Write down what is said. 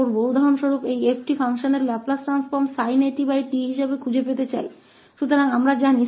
इसलिए हम उदाहरण के लिए इस फ़ंक्शन f𝑡 को sin att के रूप में परिवर्तित करना चाहते हैं